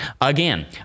Again